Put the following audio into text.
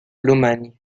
lomagne